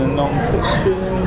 non-fiction